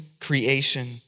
creation